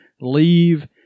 leave